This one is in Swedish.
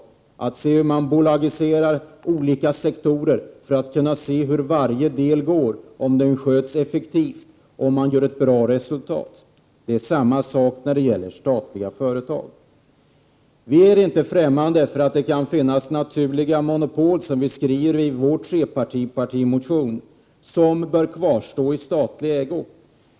Vi kan se hur man bolagiserar olika sektorer för att kunna se om varje del sköts effektivt och ger ett bra resultat. Det är samma sak när det gälller statliga företag. Vi är inte främmande för att det kan finnas naturliga monopol som bör kvarstå i statlig ägo, som vi också skriver i vår trepartipartimotion.